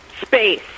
space